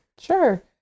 sure